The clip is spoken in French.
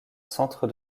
centre